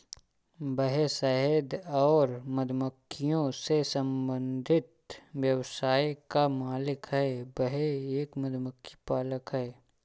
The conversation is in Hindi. वह शहद और मधुमक्खियों से संबंधित व्यवसाय का मालिक है, वह एक मधुमक्खी पालक है